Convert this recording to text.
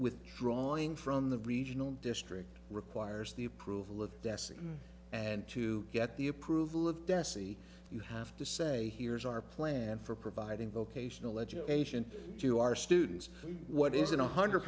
withdrawing from the regional district requires the approval of destiny and to get the approval of dessie you have to say here's our plan for providing vocational education to our students what is it one hundred